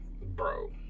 Bro